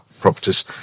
properties